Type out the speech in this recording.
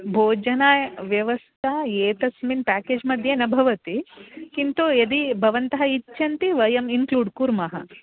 भोजनव्यवस्था एतस्मिन् पेकेज्मध्ये न भवति किन्तु यदि भवन्तः इच्छन्ति वयम् इन्क्लूड् कुर्मः